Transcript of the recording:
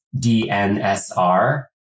DNSR